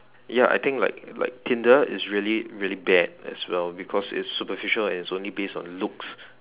ya I think like like tinder is really really bad as well because it's superficial and it's only based on looks